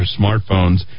smartphones